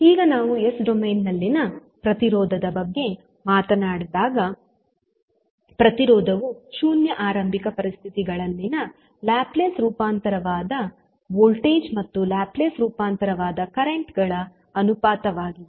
ಈಗ ನಾವು s domain ನಲ್ಲಿನ ಪ್ರತಿರೋಧದ ಬಗ್ಗೆ ಮಾತನಾಡುವಾಗ ಪ್ರತಿರೋಧವು ಶೂನ್ಯ ಆರಂಭಿಕ ಪರಿಸ್ಥಿತಿಗಳಲ್ಲಿನ ಲ್ಯಾಪ್ಲೇಸ್ ರೂಪಾಂತರವಾದ ವೋಲ್ಟೇಜ್ ಮತ್ತು ಲ್ಯಾಪ್ಲೇಸ್ ರೂಪಾಂತರವಾದ ಕರೆಂಟ್ ಗಳ ಅನುಪಾತವಾಗಿದೆ